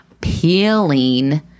peeling